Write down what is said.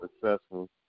successful